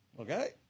Okay